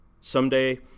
Someday